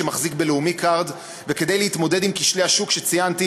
שמחזיק ב"לאומי קארד" וכדי להתמודד עם כשלי השוק שציינתי,